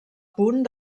punt